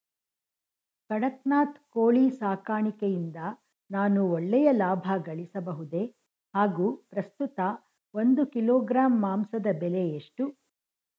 ಕಡಕ್ನಾತ್ ಕೋಳಿ ಸಾಕಾಣಿಕೆಯಿಂದ ನಾನು ಒಳ್ಳೆಯ ಲಾಭಗಳಿಸಬಹುದೇ ಹಾಗು ಪ್ರಸ್ತುತ ಒಂದು ಕಿಲೋಗ್ರಾಂ ಮಾಂಸದ ಬೆಲೆ ಎಷ್ಟು?